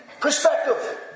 perspective